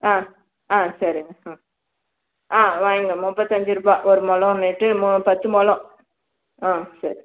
ஆ ஆ சரிங்க ம் ஆ ஆ வாங்கிறேன் முப்பத்தஞ்சு ருபாய் ஒரு மொழம்னிட்டு மூ பத்து மொழம் ஆ சரி